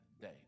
day